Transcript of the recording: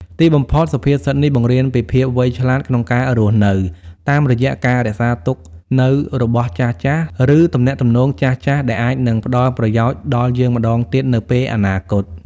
ទីបំផុត សុភាសិតនេះបង្រៀនពីភាពវៃឆ្លាតក្នុងការរស់នៅ តាមរយៈការរក្សាទុកនូវរបស់ចាស់ៗ ឬទំនាក់ទំនងចាស់ៗ ដែលអាចនឹងផ្តល់ប្រយោជន៍ដល់យើងម្តងទៀតនៅពេលអនាគត។